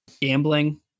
gambling